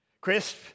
crisp